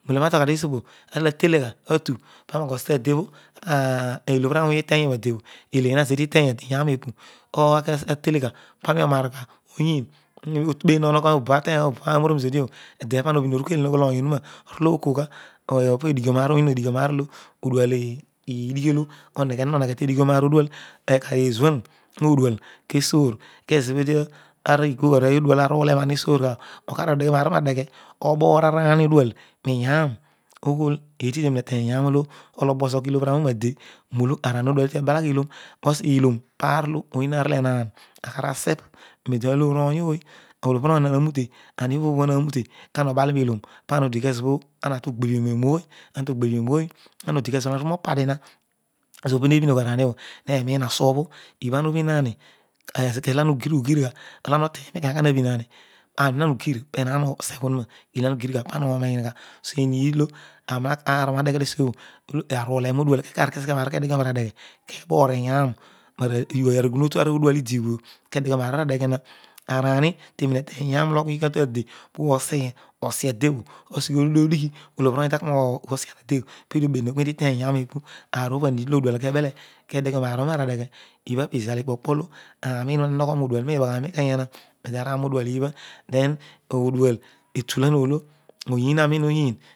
Roolo aaroi atoyha tesiopobhe atola toleyha atupan, oghi osi adebho llobhu awony itery gha roadebho eleha kezo bho eeti teny lyaro obho epu or talelegha parol olharigha oyiin otubeh obobho areororai zodiobho edebho pael obho orughe oghol o ny ohuroa oral okogha opo edighio reaa olo odual idighiolo oheghedio noneghe te dighioroaor odual etar eezuan modual kesuor kezo obho ghogh aroou odual aruuleroa bho hesoor gha bho okaro deyhe roaar obho bho ro anadeghe oboor arani odual royaro oyho eedi tenme eteny iyan olo aro o zogh llobhiawony roade rolo araani odual etu ebalagh llooro kus llooro paraer olo eliann akara aset reeti aloor ohy ooy olobhril owy haroute, ahie boobh haroute kona obatio ilooro pana odikezelo ana dogbe bhiomooy antaghebio reooy ana oditezelo ana oru pho padi na kzobho hebhilogh araahiobho ekoha ibha ara ubtim arn ikezolo ara ughi ughu kara otenglo so tireed olo oar obho oraro hadeyhe tesuobho eleed olo aruuiema odual keseghe nesr obho kedeyhe na redegbe kebor iyaro roare ighun otu aro odual obho kedeghioro roare deghe ha araahi teroin o tehy iyaro olo ghiighogha tade pesin osi adeobho oseghe orol odighi olobhiloohy taki nosi adebho peefi obetunu oghol eedi iteny iyaro epu aro obho arered oho odual kebehe tode ghiom oar obho mara daghe obho paar olo aarei uroin ha hogho ro odual todi aaruroa odual obha odual etulorm oolo oyiin aroiin oyiin